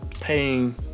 paying